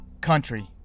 country